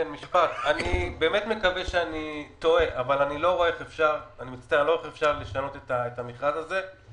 אני מקווה שאני טועה אבל אני לא רואה איך אפשר לשנות את המכרז הזה.